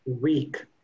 week